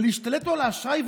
ולהשתלט לו על האשראי,